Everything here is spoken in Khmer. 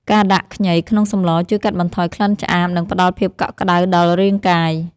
ការដាក់ខ្ញីក្នុងសម្ល ជួយកាត់បន្ថយក្លិនឆ្អាប និងផ្តល់ភាពកក់ក្តៅដល់រាងកាយ។